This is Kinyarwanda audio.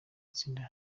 itsinda